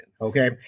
Okay